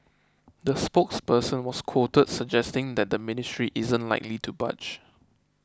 the spokesperson was quoted suggesting that the ministry isn't likely to budge